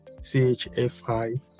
chfi